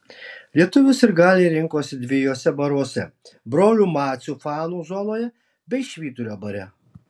lietuvių sirgaliai rinkosi dviejuose baruose brolių macių fanų zonoje bei švyturio bare